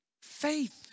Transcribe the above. faith